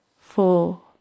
Four